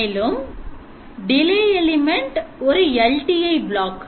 மேலும் z −1 ஒருLTI block